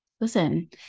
Listen